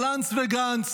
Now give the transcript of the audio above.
אבל הנץ וגנץ,